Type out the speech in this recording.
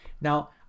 Now